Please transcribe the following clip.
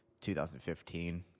2015